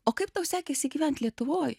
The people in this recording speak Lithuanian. o kaip tau sekėsi gyvent lietuvoj